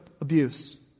abuse